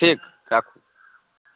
ठीक राखु